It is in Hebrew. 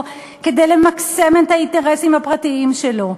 כדי למקסם את האינטרסים הפרטיים שלו.